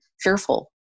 fearful